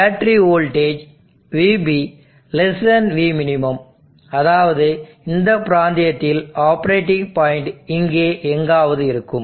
எனவே battery voltage VB Vmin அதாவது இந்த பிராந்தியத்தில் ஆப்பரேட்டிங் பாயிண்ட் இங்கே எங்காவது இருக்கும்